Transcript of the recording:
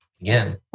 again